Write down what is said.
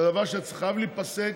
זה דבר שחייב להיפסק.